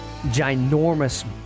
ginormous